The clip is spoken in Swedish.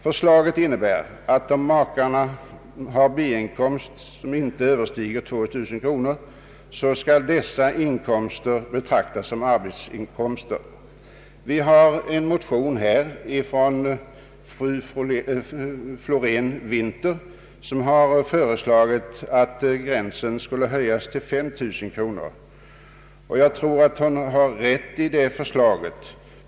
Förslaget innebär att om makar har B inkomster som inte överstiger 2 000 kronor, skall dessa betraktas som arbetsinkomster. I en motion från fru Florén Winther föreslås att gränsen skall höjas till 5 000 kronor. Jag tror att det är ett riktigt förslag.